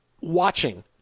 watching